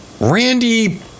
randy